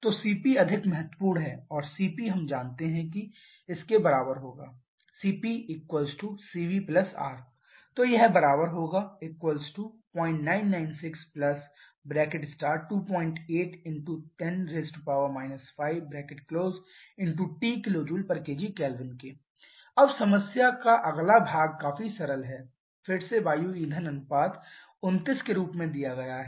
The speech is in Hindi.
तो Cp अधिक महत्वपूर्ण है और Cp हम जानते हैं कि इसके बराबर होगा Cp Cv R तो यह बराबर होगा 09962810 5TkJkgK अब समस्या का अगला भाग काफी सरल है फिर से वायु ईंधन अनुपात 29 के रूप में दिया गया है